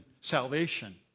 salvation